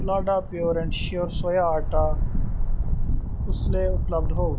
फलाड़ा pure and sure soya आटा कुसलै उपलब्ध होग